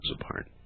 apart